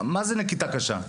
מה זו נקיטה קשה?